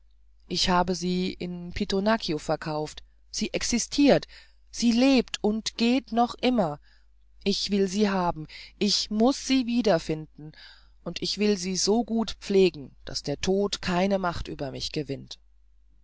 ich hatte sie an pittonaccio verkauft sie existirt sie lebt und geht noch immer ich will sie haben muß sie wiederfinden und ich will sie so gut pflegen daß der tod keine macht über mich gewinnt